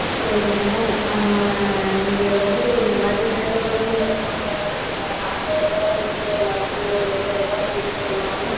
சரிங்க நம்ம இங்கே வந்து இந்தமாதிரி நிறைய பிள்ளைங்க படிக்காமல்தான் இருக்காங்க அவங்க பேரண்ட்ஸுக்கும் எல்லோருக்கும் ஒவ்வொருத்தருக்காக கூப்பிட்டு சொன்னாலும்